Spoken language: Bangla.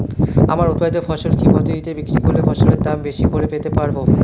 আমার উৎপাদিত ফসল কি পদ্ধতিতে বিক্রি করলে ফসলের দাম বেশি করে পেতে পারবো?